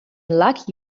luck